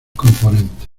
componentes